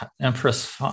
empress